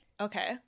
Okay